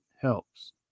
helps